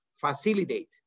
facilitate